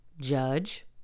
Judge